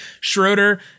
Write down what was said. Schroeder